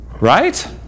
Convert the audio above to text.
Right